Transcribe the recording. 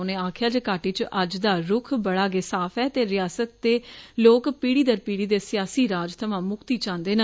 उनें आक्खेआ जे घाटी च अज्ज दा रूख बड़ा गै साफ ऐ जे रियास्त दे लोक पीडी दर पीडी दे सियासी राज थमां मुक्ती चांह्दे न